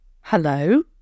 Hello